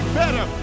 better